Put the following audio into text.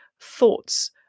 thoughts